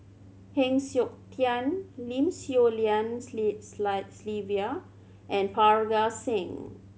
Heng Siok Tian Lim Swee Lian Sylvia and Parga Singh